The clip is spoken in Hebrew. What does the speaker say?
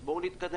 אז בואו נתקדם.